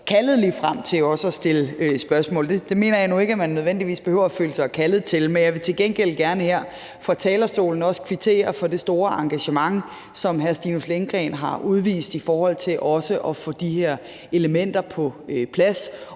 kaldet til at stille spørgsmål. Det mener jeg nu ikke at man nødvendigvis behøver at føle sig kaldet til, men jeg vil til gengæld gerne her fra talerstolen også kvittere for det store engagement, som hr. Stinus Lindgreen har udvist i forhold til også at få de her elementer på plads,